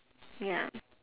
ya